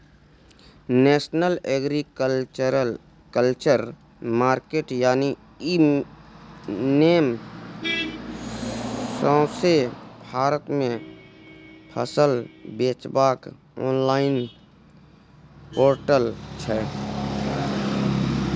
national agriculture market यानी e NAM सौंसे भारत मे फसल बेचबाक आनलॉइन पोर्टल छै